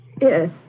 Yes